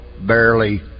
barely